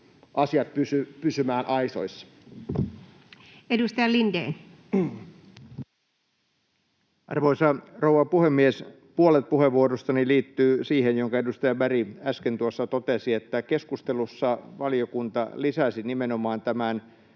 väliaikaisesta muuttamisesta Time: 16:26 Content: Arvoisa rouva puhemies! Puolet puheenvuorostani liittyy siihen, minkä edustaja Berg äsken totesi, että keskustelussa valiokunta lisäsi nimenomaan huolen